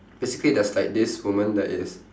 basically there's like this woman that is